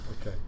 okay